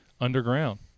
underground